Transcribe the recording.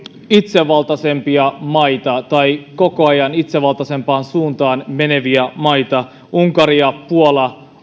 itsevaltaisempia maita tai koko ajan itsevaltaisempaan suuntaan meneviä maita unkari ja puola